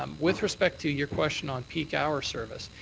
um with respect to your question on peak hour service,